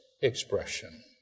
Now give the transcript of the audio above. expression